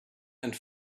and